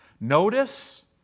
Notice